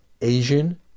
Asian